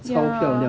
ya